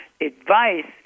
advice